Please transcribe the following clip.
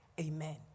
Amen